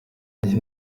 nti